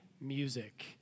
music